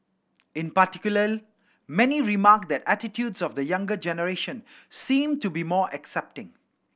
in particular many remarked that attitudes of the younger generation seem to be more accepting